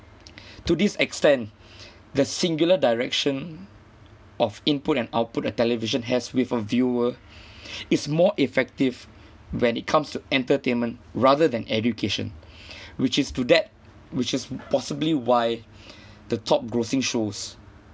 to this extent the singular direction of input and output a television has with a viewer is more effective when it comes to entertainment rather than education which is to that which is possibly why the top grossing shows